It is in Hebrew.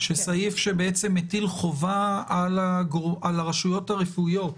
שבעצם מטיל חובה על הרשויות הרפואיות,